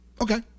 Okay